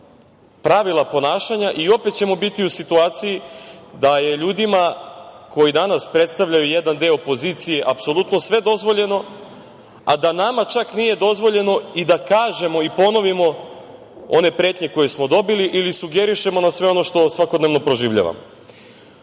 pravila ponašanja i opet ćemo biti u situaciji da je ljudima koji danas predstavljaju jedan deo opozicije apsolutno sve dozvoljeno, a da nama čak nije dozvoljeno i da kažemo i ponovimo one pretnje koje smo dobili ili sugerišemo na sve ono što svakodnevno proživljavamo. Pitanje